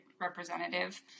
representative